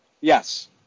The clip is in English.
Yes